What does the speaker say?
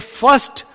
first